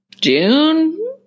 june